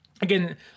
Again